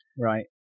Right